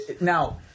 Now